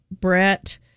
Brett